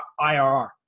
IRR